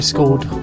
Scored